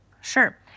Sure